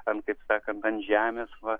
ant taip sakant ant žemės va